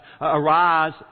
Arise